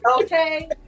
Okay